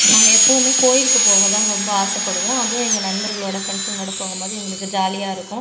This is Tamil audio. நாங்கள் எப்போவுமே கோவிலுக்கு போக தான் ரொம்ப ஆசைப்படுவோம் அதுவும் எங்கள் நண்பர்களோடய ஃபிரண்ட்ஸ்ங்களோடய போகும் போது எங்களுக்கு ஜாலியாக இருக்கும்